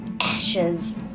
ashes